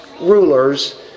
rulers